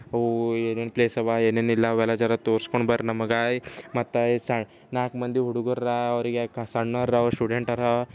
ಅವು ಏನೇನು ಪ್ಲೇಸ್ ಅವ ಏನೇನು ಇಲ್ಲ ಅವೆಲ್ಲ ಜರ ತೋರಿಸ್ಕೊಂಡು ಬರ್ರಿ ನಮಗೆ ಮತ್ತೆ ಈ ಸಣ್ಣ ನಾಲ್ಕು ಮಂದಿ ಹುಡುಗರು ಅವರಿಗೆ ಸಣ್ಣವ್ರು ಅವರ ಸ್ಟೂಡೆಂಟ್ ಆರ